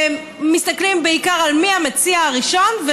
מסתכלים בעיקר מי המציע הראשון,